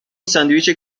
ساندویچ